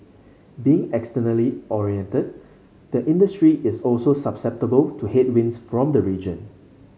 being externally oriented the industry is also susceptible to headwinds from the region